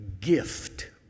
gift